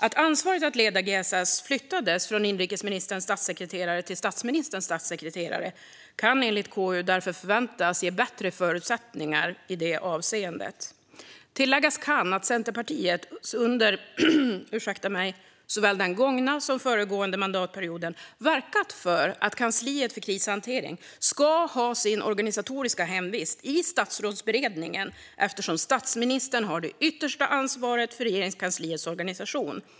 Att ansvaret för att leda GSS flyttades från inrikesministerns statssekreterare till statsministerns statssekreterare kan enligt KU därför förväntas ge bättre förutsättningar i det avseendet. Tilläggas kan att Centerpartiet under såväl den gångna som den föregående mandatperioden verkat för att kansliet för krishantering ska ha sin organisatoriska hemvist i Statsrådsberedningen i stället för på något fackdepartement, eftersom statsministern har det yttersta ansvaret för Regeringskansliets organisation.